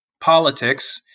politics